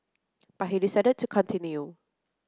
but he decided to continue